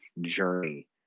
journey